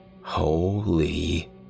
Holy